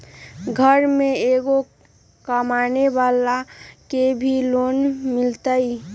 घर में एगो कमानेवाला के भी लोन मिलहई?